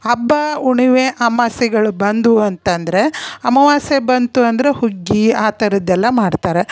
ಹಬ್ಬ ಹುಣಿಮೆ ಅಮಾಸ್ಯೆಗಳು ಬಂದವು ಅಂತಂದರೆ ಅಮವಾಸ್ಯೆ ಬಂತು ಅಂದ್ರೆ ಹುಗ್ಗಿ ಆ ಥರದ್ದೆಲ್ಲ ಮಾಡ್ತಾರೆ